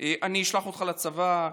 אני אשלח אותך לצבא,